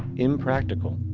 impractical.